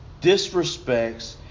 disrespects